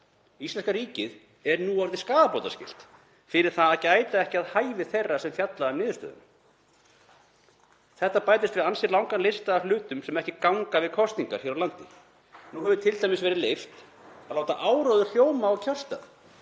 Íslenska ríkið er nú orðið skaðabótaskylt fyrir að gæta ekki að hæfi þeirra sem fjalla um niðurstöðuna. Þetta bætist við ansi langan lista af hlutum sem ekki ganga við kosningar hér á landi. Nú hefur t.d. verið leyft að láta áróður hljóma á kjörstað,